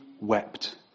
wept